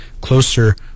closer